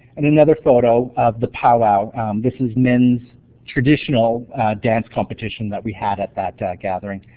and another photo of the powwow this is men's traditional dance competition that we had at that that gathering.